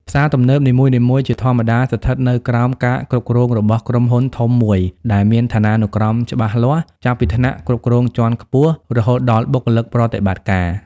ផ្សារទំនើបនីមួយៗ ជាធម្មតាស្ថិតនៅក្រោមការគ្រប់គ្រងរបស់ក្រុមហ៊ុនធំមួយ ដែលមានឋានានុក្រមច្បាស់លាស់ ចាប់ពីថ្នាក់គ្រប់គ្រងជាន់ខ្ពស់ រហូតដល់បុគ្គលិកប្រតិបត្តិការ។